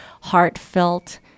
heartfelt